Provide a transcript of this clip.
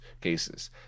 cases